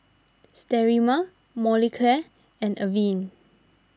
Sterimar Molicare and Avene